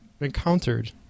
encountered